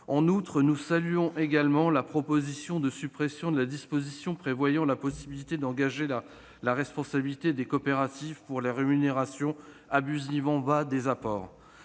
En outre, nous saluons la proposition de suppression de la disposition prévoyant la possibilité d'engager la responsabilité des coopératives pour les rémunérations abusivement basses des apports.